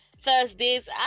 Thursdays